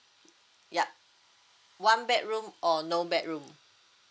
yeuh one bedroom or no bedroom